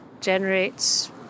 generates